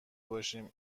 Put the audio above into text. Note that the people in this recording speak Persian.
باشیم